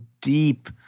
deep